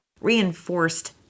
reinforced